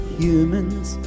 humans